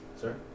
Sir